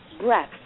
breaths